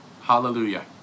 Hallelujah